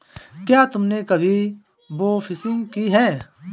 क्या तुमने कभी बोफिशिंग की है?